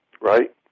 Right